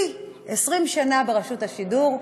היא 20 שנה ברשות השידור.